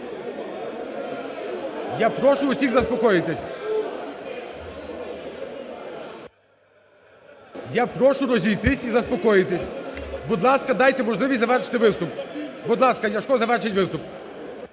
Я прошу усіх заспокоїтись. (Шум в залі) Я прошу розійтись і заспокоїтись. Будь ласка, дайте можливість завершити виступ. Будь ласка, Ляшко, завершіть виступ.